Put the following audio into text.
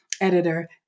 editor